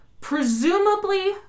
presumably